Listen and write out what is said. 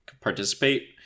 participate